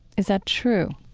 is that true?